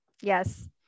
yes